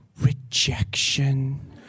rejection